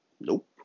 Nope